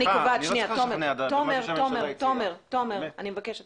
אני מבקשת